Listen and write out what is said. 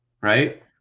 right